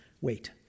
wait